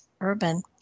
Urban